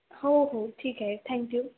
हो हो ठीक आहे थँक्यू